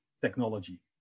technology